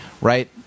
Right